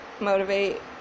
motivate